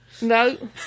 No